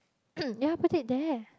ya put it there